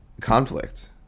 conflict